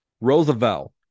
Roosevelt